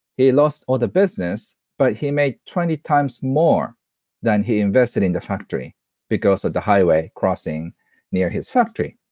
he lost all the business, but he made twenty times more than he invested in the factory because of the highway crossing near his factory.